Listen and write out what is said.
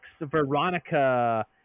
Veronica